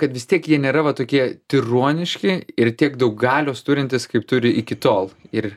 kad vis tiek jie nėra va tokie tironiški ir tiek daug galios turintys kaip turi iki tol ir